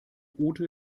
ute